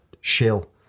shill